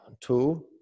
two